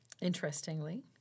interestingly